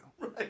Right